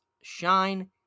shine